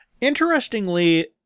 interestingly